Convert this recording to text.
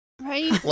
Right